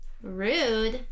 Rude